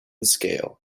scale